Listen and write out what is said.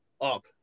up